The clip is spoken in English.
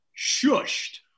shushed